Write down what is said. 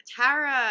Tara